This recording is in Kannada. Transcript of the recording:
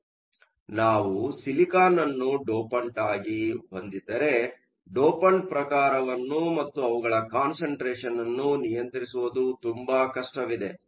ಆದ್ದರಿಂದ ನಾವು ಸಿಲಿಕಾನ್ ಅನ್ನು ಡೋಪಂಟ್ ಆಗಿ ಹೊಂದಿದ್ದರೆ ಡೋಪಂಟ್ ಪ್ರಕಾರವನ್ನು ಮತ್ತು ಅವುಗಳ ಕಾನ್ಸಂಟ್ರೇಷನ್ ಅನ್ನು ನಿಯಂತ್ರಿಸುವುದು ತುಂಬಾ ಕಷ್ಟವಿದೆ